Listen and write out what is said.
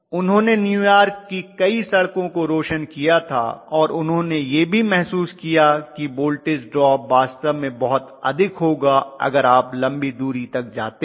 उन्होंने न्यूयॉर्क की कई सड़कों को रोशन किया था और उन्होंने यह भी महसूस किया कि वोल्टेज ड्रॉप वास्तव में बहुत अधिक होगा अगर आप लंबी दूरी तक जाते हैं